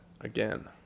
again